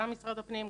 גם משרד הפנים,